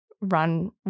run